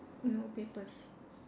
no papers